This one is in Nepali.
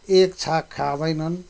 एक छाक खाँदैनन्